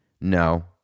no